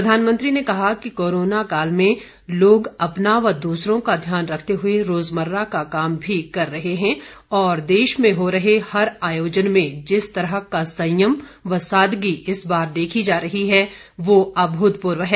प्रधानमंत्री ने कहा कि कोरोना काल में लोग अपना व दूसरों का ध्यान रखते हुए रोज़मर्रा का काम भी कर रहे हैं और देश में हो रहे हर आयोजन में जिस तरह का संयम और सादगी इस बार देखी जा रही है वह अभुतपूर्व है